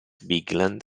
bigland